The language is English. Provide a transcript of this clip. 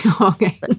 Okay